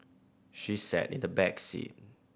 she sat in the back seat